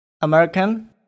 American